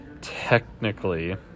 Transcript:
technically